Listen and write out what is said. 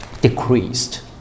decreased